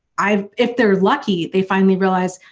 i've. if they're lucky, they finally realize,